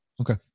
Okay